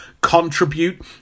contribute